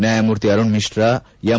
ನ್ಲಾಯಮೂರ್ತಿ Arun Mishra M